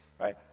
right